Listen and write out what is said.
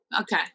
okay